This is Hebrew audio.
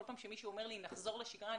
כל פעם שמישהו אומר נחזור לשגרה,